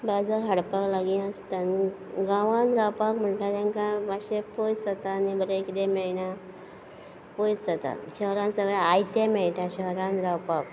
बाजार हाडपाक लागीं आसता न्हू गांवांत रावतात म्हणटा तांकां मातशे पयस जाता आनी बरें कितें मेळना पयस जाता शहरांत सगळें आयतें मेळटा शहरांत रावपाक